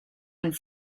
and